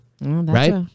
Right